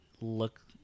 look